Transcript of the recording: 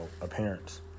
appearance